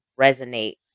resonate